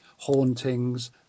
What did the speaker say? hauntings